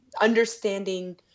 understanding